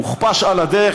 הוכפש על הדרך,